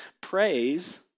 Praise